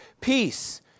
peace